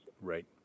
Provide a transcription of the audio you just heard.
Right